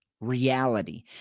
reality